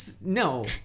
no